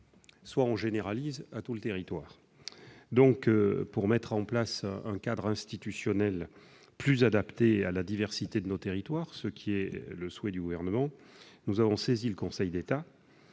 sur une généralisation à tout le territoire. Pour mettre en place un cadre institutionnel plus adapté à la diversité de nos territoires- c'est le souhait du Gouvernement -, nous avons saisi le Conseil d'État